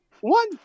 one